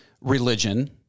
religion